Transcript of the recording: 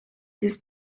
this